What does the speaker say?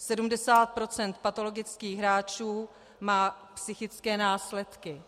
Sedmdesát procent patologických hráčů má psychické následky.